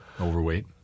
Overweight